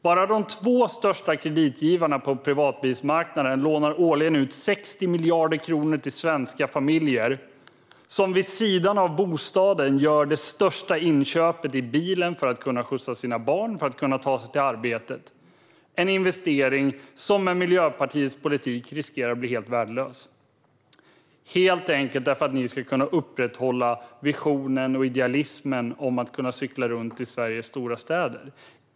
Bara de två största kreditgivarna på privatbilsmarknaden lånar årligen ut 60 miljarder kronor till svenska familjer som gör det största inköpet vid sidan av bostaden - bilen - för att kunna skjutsa sina barn och ta sig till arbetet. Det är en investering som med Miljöpartiets politik riskerar att bli helt värdelös, helt enkelt därför att ni ska kunna upprätthålla idealismen och visionen om att kunna cykla runt i Sveriges stora städer.